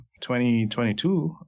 2022